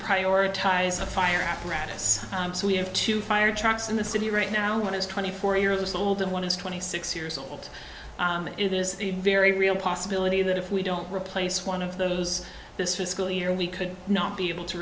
prioritize a fire apparatus so we have two fire trucks in the city right now one is twenty four years old and one is twenty six years old it is a very real possibility that if we don't replace one of those this fiscal year we could not be able to